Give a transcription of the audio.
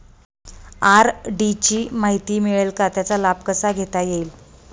RD ची माहिती मिळेल का, त्याचा लाभ कसा घेता येईल?